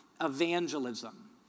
evangelism